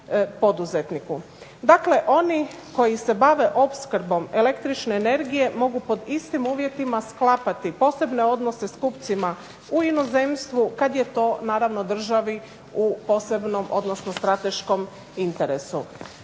Dakle oni koji se bave opskrbom električne energije mogu pod istim uvjetima sklapati posebne odnose s kupcima u inozemstvu, kad je to naravno državi u posebnom, odnosno strateškom interesu.